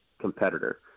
competitor